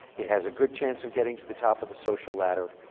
it has a good chance of getting to the top of the social ladder.